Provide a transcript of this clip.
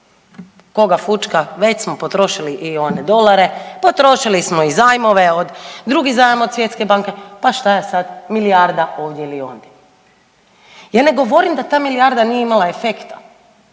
Koga fućka, već smo potrošili i one dolare, potrošili smo i zajmove od, drugi zajam od Svjetske banke, pa šta je sad milijarda ovdje ili ondje. Ja ne govorim da ta milijarda nije imala efekta